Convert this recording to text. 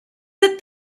that